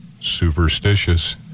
superstitious